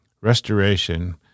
restoration